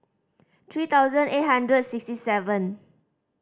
three thousand eight hundred sixty seven